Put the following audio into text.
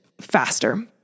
faster